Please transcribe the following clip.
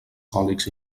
còlics